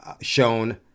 shown